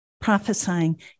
prophesying